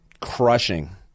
crushing